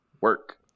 work